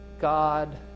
God